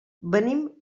venim